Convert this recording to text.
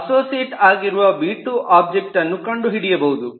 associate ಆಗಿರುವ ಬಿ2 object ಅನ್ನು ಕಂಡುಹಿಡಿಯಬಹುದು